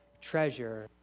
treasure